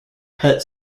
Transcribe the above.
pet